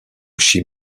chi